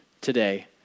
today